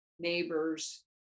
neighbors